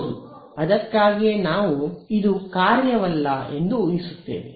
ಹೌದು ಅದಕ್ಕಾಗಿಯೇ ನಾವು ಇದು ಕಾರ್ಯವಲ್ಲ ಎಂದು ಊಹಿಸುತ್ತೇವೆ